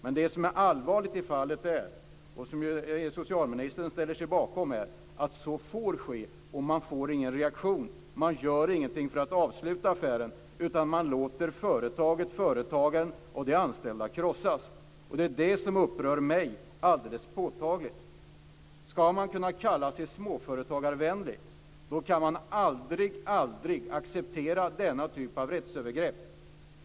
Men det som är allvarligt i fallet och som ju socialministern ställer sig bakom är att så får ske och att det inte blir någon reaktion. Man gör ingenting för att avsluta affären, utan man låter företaget, företagaren och de anställda krossas. Det är det som upprör mig alldeles påtagligt. Ska man kunna kalla sig småföretagarvänlig kan man aldrig acceptera denna typ av rättsövergrepp.